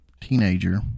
teenager